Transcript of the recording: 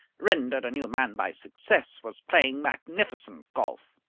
rendered a new man by success, was playing magnificent golf.